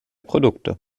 produkte